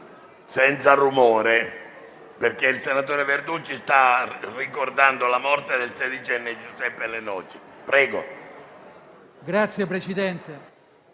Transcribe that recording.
senza rumore, perché il senatore Verducci sta ricordando la morte del sedicenne Giuseppe Lenoci. Prego, senatore, continui.